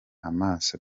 amaso